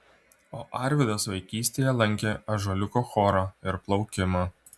o arvydas vaikystėje lankė ąžuoliuko chorą ir plaukimą